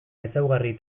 ezaugarri